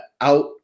out